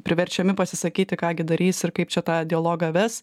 priverčiami pasisakyti ką gi darys ir kaip čia tą dialogą ves